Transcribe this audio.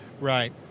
Right